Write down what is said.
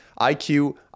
IQ